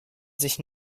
sich